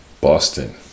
Boston